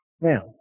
Now